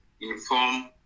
inform